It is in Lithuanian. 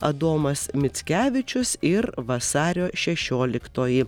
adomas mickevičius ir vasario šešioliktoji